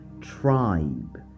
tribe